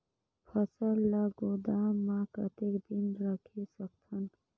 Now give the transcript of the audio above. फसल ला गोदाम मां कतेक दिन रखे सकथन?